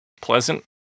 Pleasant